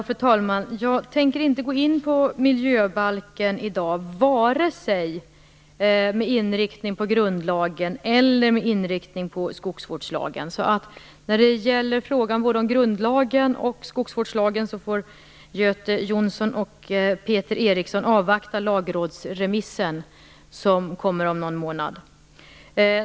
Fru talman! Jag tänker inte gå in på miljöbalken i dag, vare sig med inriktning på grundlagen eller med inriktning på skogsvårdslagen. När det gäller frågan om både grundlagen och skogsvårdslagen får Göte Jonsson och Peter Eriksson avvakta lagrådsremissen, som kommer om någon månad.